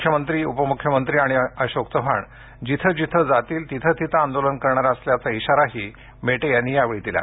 मुख्यमंत्री उपमुख्यमंत्री आणि अशोक चव्हाण जिथे जिथे जातील तिथे तिथे आंदोलन करणार असल्याचा इशाराही विनायक मेटे यांनी यावेळी दिला